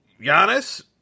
Giannis